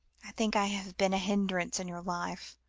i think i have been a hindrance in your life,